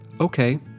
Okay